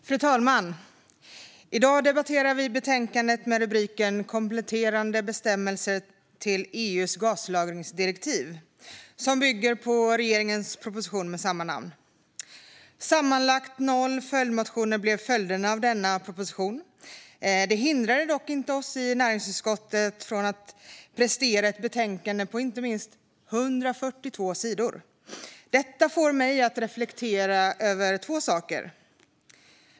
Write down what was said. Fru talman! I dag debatterar vi betänkandet med rubriken Kompletterande bestämmelser till EU:s gaslagringsförordning , som bygger på regeringens proposition med samma namn. Sammanlagt noll följdmotioner blev följden av denna proposition. Det hindrade dock inte oss i näringsutskottet från att prestera ett betänkande på inte mindre än 142 sidor. Detta får mig att göra två reflektioner.